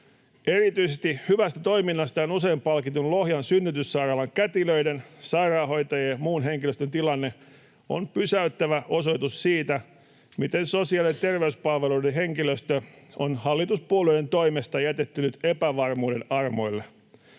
Erityisesti hyvästä toiminnastaan usein palkitun Lohjan synnytyssairaalan kätilöiden, sairaanhoitajien ja muun henkilöstön tilanne on pysäyttävä osoitus siitä, miten sosiaali- ja terveyspalveluiden henkilöstö on hallituspuolueiden toimesta jätetty nyt epävarmuuden armoille.